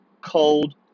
cold